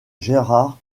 gérard